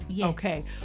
okay